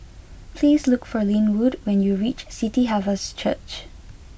please look for Linwood when you reach City Harvest Church